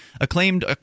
Acclaimed